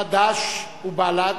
חד"ש ובל"ד,